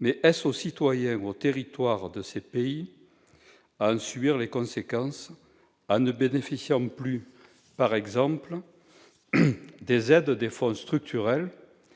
Mais les citoyens ou les territoires de ces pays doivent-ils en subir les conséquences, en ne bénéficiant plus, par exemple, des aides des fonds structurels,